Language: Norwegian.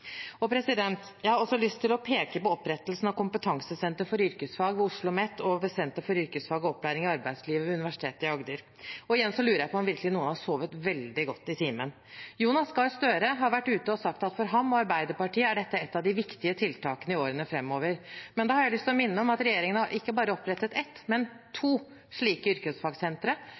Jeg også lyst til å peke på opprettelsen av Kompetansesenter for yrkesfag ved OsloMet og Senter for yrkesfag og opplæring i arbeidslivet ved Universitetet i Agder. Igjen lurer jeg på om noen virkelig har sovet veldig godt i timen. Representanten Jonas Gahr Støre har vært ute og sagt at for ham og Arbeiderpartiet er dette et av de viktige tiltakene i årene framover. Da har jeg lyst til å minne om at regjeringen har opprettet ikke bare ett, men to slike yrkesfagsentre,